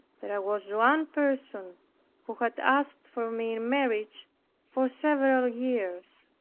there was one person who had asked for me in marriage for several years.